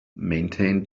maintained